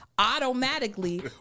automatically